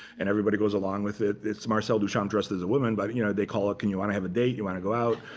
and everybody goes along with it. it's marcel duchamp dressed as a woman. but you know they call ah up. you want to have a date? you want to go out?